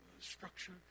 structure